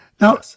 Now